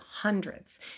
hundreds